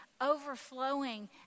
overflowing